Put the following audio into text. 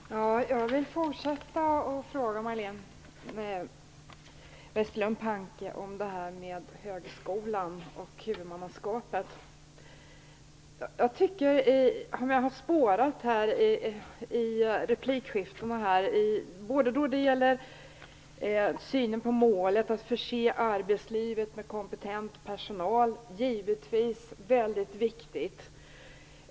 Fru talman! Jag vill fortsätta att fråga Majléne I replikskiftena har det handlat om målet att förse arbetslivet med kompetent personal. Det är givetvis väldigt viktigt.